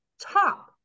top